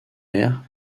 vert